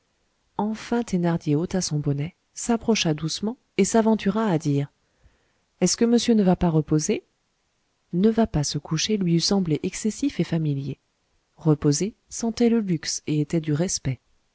enfin thénardier ôta son bonnet s'approcha doucement et s'aventura à dire est-ce que monsieur ne va pas reposer ne va pas se coucher lui eût semblé excessif et familier reposer sentait le luxe et était du respect